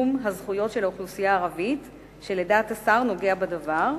בקידום הזכויות של האוכלוסייה הערבית ושלדעת השר נוגע בדבר,